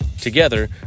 Together